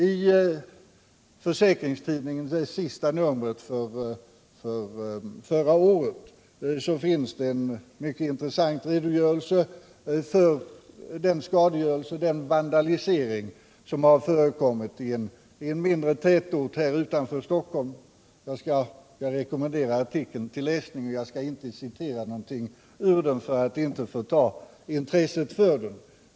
I Försäkringstidningens sista nummer för förra året finns det en mycket intressant redogörelse för den vandalisering som har förekommit i en tätort utanför Stockholm. Jag rekommenderar artikeln till läsning och skall inte citera någonting ur den för att inte förta intresset för den.